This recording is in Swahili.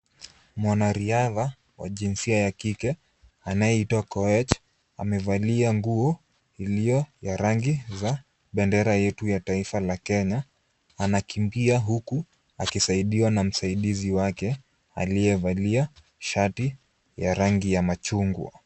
Mwanariadha wa jinsia ya kike anayeitwa Koech amevalia nguo iliyo ya rangi za bendera yetu ya taifa la Kenya anakimbia huku akisaidiwa na msaidizi wake aliyevalia shati ya rangi ya machungwa.